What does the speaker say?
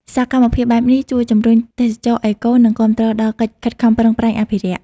សកម្មភាពបែបនេះជួយជំរុញទេសចរណ៍អេកូ និងគាំទ្រដល់កិច្ចខិតខំប្រឹងប្រែងអភិរក្ស។